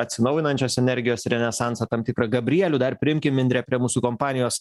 atsinaujinančios energijos renesansą tam tikrą gabrielių dar priimkim indre prie mūsų kompanijos